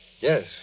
Yes